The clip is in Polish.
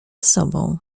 sobą